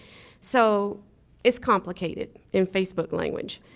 so its complicated, in facebook language.